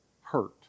hurt